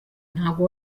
ntabwo